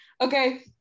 okay